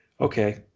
okay